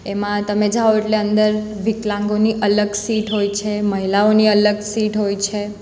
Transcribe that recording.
એમાં તમે જાઓ એટલે અંદર વિકલાંગોની અલગ સીટ હોય છે મહિલાઓની અલગ સીટ હોય છે